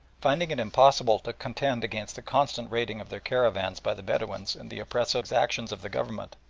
finding it impossible to contend against the constant raiding of their caravans by the bedouins and the oppressive exactions of the government,